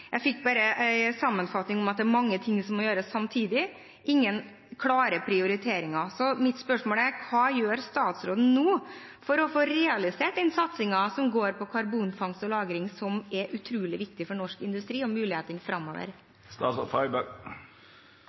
Jeg fikk bare en sammenfatning om at det er mange ting som må gjøres samtidig – ingen klare prioriteringer. Mitt spørsmål er: Hva gjør statsråden nå for å få realisert den satsingen som går på karbonfangst og -lagring, som er utrolig viktig for norsk industri og